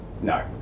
No